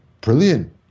brilliant